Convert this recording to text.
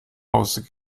hause